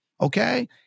Okay